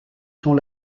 sont